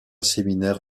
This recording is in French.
séminaire